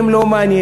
הם לא מעניינים.